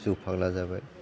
जौ फाग्ला जाबाय